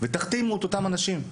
ותחתימו את אותם האנשים.